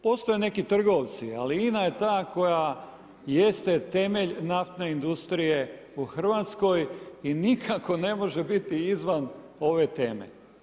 Postoje neki trgovci, ali INA je ta koja jeste temelj naftne industrije u Hrvatskoj i nikako ne može biti izvan ove teme.